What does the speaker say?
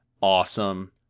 awesome